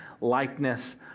likeness